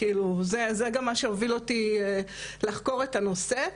זה גם מה שהוביל אותי לחקור את הנושא.